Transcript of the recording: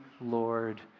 Lord